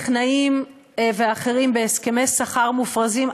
טכנאים ואחרים בהסכמי שכר מופרזים,